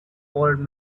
old